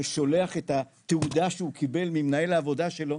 ששולח את התעודה שהוא קיבל ממנהל העובדה שלו,